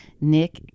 Nick